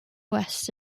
west